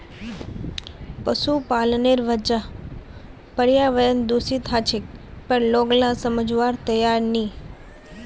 पशुपालनेर वजह पर्यावरण दूषित ह छेक पर लोग ला समझवार तैयार नी